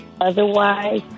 Otherwise